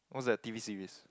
what's that T_V series